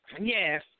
Yes